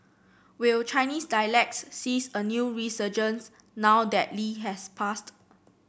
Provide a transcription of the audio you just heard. will Chinese dialects sees a new resurgence now that Lee has passed